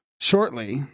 Shortly